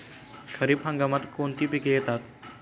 खरीप हंगामात कोणती पिके येतात?